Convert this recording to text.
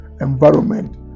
environment